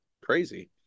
crazy